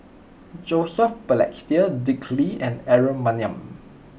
Joseph Balestier Dick Lee and Aaron Maniam